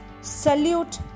salute